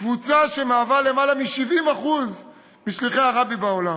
קבוצה שמהווה למעלה מ-70% משליחי הרבי בעולם.